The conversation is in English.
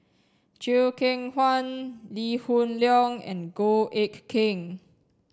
Chew Kheng Chuan Lee Hoon Leong and Goh Eck Kheng